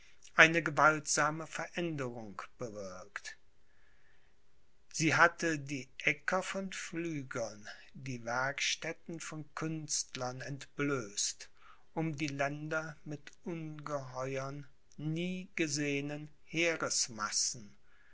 eine gewaltsame veränderung bewirkt sie hatte die aecker von pflügern die werkstätten von künstlern entblößt um die länder mit ungeheuern nie gesehenen